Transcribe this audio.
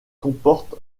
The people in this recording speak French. comporte